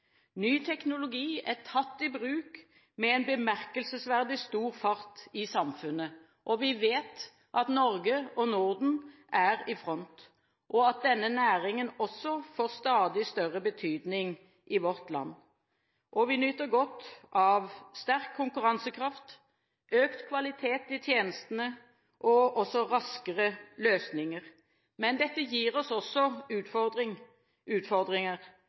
Ny teknologi er tatt i bruk med en bemerkelsesverdig stor fart. Vi vet at Norge og Norden er i front, og at denne næringen får stadig større betydning i vårt land. Vi nyter godt av sterk konkurransekraft, økt kvalitet i tjenestene og raskere løsninger. Men dette gir oss også utfordringer,